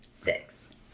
Six